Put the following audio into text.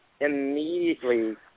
immediately